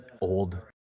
Old